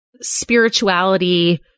spirituality